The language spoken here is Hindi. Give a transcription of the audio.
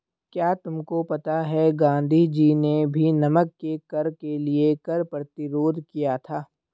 क्या तुमको पता है गांधी जी ने भी नमक के कर के लिए कर प्रतिरोध किया था